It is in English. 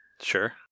Sure